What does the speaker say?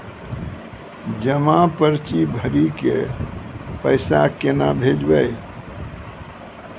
जमा पर्ची भरी के पैसा केना भेजबे?